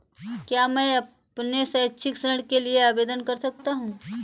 क्या मैं अपने शैक्षिक ऋण के लिए आवेदन कर सकता हूँ?